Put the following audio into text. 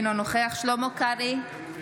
אינו נוכח שלמה קרעי,